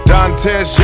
Dantes